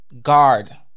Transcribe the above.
guard